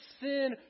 sin